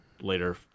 later